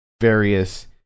various